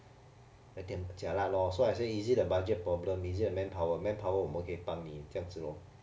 jialat lor so I say is it the budget problem is it a manpower manpower 我们可以帮你这样子 lor